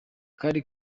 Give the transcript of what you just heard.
kale